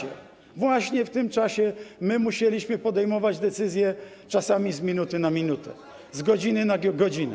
I właśnie w tym czasie my musieliśmy podejmować decyzje, czasami z minuty na minutę, z godziny na godzinę.